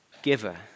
giver